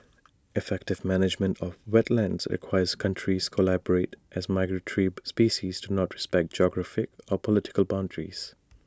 effective management of wetlands requires countries collaborate as migratory species do not respect geographic or political boundaries